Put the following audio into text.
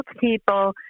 people